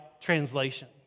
translation